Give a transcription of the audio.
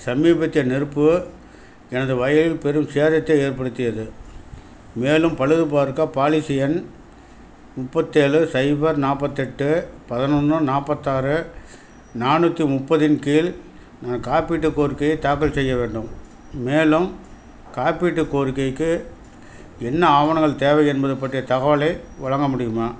சமீபத்திய நெருப்பு எனது வயலில் பெரும் சேதத்தை ஏற்படுத்தியது மேலும் பழுதுபார்க்க பாலிசி எண் முப்பத்தேழு சைபர் நாற்பத்தெட்டு பதினொன்னு நாற்பத்தாறு நானூற்றி முப்பதின் கீழ் நான் காப்பீட்டு கோரிக்கையை தாக்கல் செய்ய வேண்டும் மேலும் காப்பீட்டு கோரிக்கைக்கு என்ன ஆவணங்கள் தேவை என்பது பற்றிய தகவலை வழங்க முடியுமா